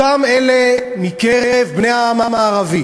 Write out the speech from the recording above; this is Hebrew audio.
אותם אלה מקרב בני העם הערבי